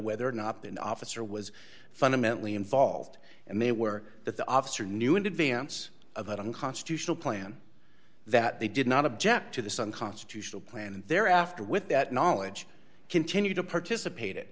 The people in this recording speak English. whether or not the officer was fundamentally involved and they were that the officer knew in advance of an unconstitutional plan that they did not object to this unconstitutional plan and thereafter with that knowledge continue to participate it